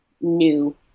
new